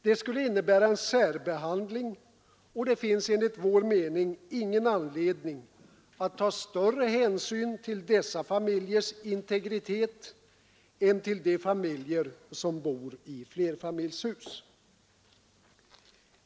Det skulle innebära en särbehandling, och det finns enligt vår mening ingen anledning att ta större hänsyn till dessa familjers integritet än till de familjers, vilka bor i flerfamiljshus.